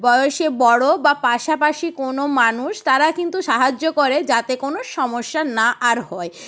বয়সে বড় বা পাশাপাশি কোনও মানুষ তারা কিন্তু সাহায্য করে যাতে কোনও সমস্যা না আর হয়